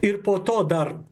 ir po to dar